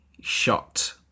shot